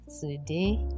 today